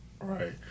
Right